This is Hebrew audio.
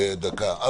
לא